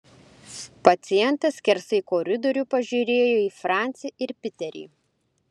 pacientas skersai koridorių pažiūrėjo į francį ir piterį